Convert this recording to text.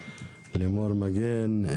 לימור מגן,